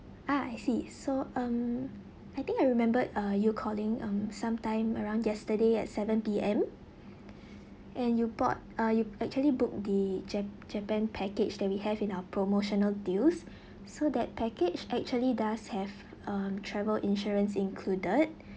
ah I see so um I think I remembered uh you calling um sometime around yesterday at seven P_M and you bought ah you actually book the jap~ japan package that we have in our promotional deals so that package actually does have um travel insurance included